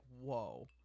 whoa